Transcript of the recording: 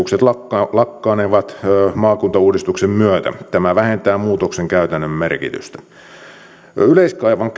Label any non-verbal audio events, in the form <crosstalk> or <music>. sillä ely keskukset lakannevat maakuntauudistuksen myötä tämä vähentää muutoksen käytännön merkitystä yleiskaavan <unintelligible>